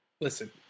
listen